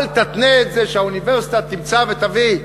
אל תתנה את זה שהאוניברסיטה תמצא ותביא.